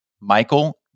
Michael